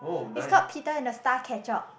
it's called Peter and the Starcatcher